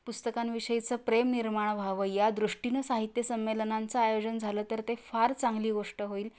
पुस्तकांविषयीचं प्रेम निर्माण व्हावं या दृष्टीनं साहित्य संमेलनांचं आयोजन झालं तर ते फार चांगली गोष्ट होईल